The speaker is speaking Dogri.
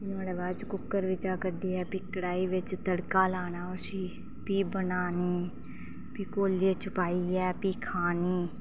नुआढ़े बाद च कुक्कर बिच्चा कड्ढियै फी कढ़ाई बिच्च तड़का लाना उसी बनानी फ्ही कौलियै च पाइयै फ्ही खानी